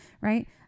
Right